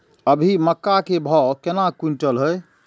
अभी मक्का के भाव केना क्विंटल हय?